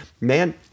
man